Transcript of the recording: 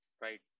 Right